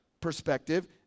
perspective